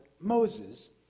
Moses